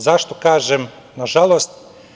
Zašto kažem nažalost?